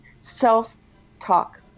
self-talk